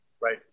right